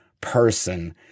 person